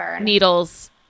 needles